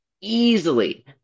easily